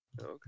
Okay